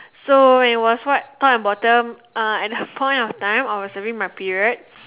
so when it was white top and bottom uh at that point of time I was having my period